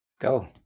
Go